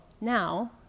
now